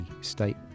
state